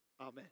Amen